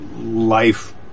life